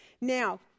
Now